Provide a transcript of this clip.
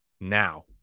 now